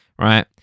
right